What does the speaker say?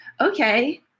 okay